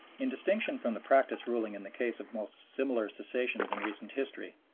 in distinction from the practice ruling in the case of most similar cessions in recent history,